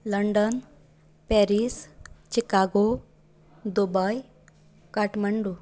London Paris Chicago Dubai Kathmandu